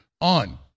on